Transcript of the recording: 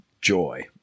joy